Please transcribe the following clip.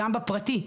גם בפרטי,